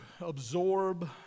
absorb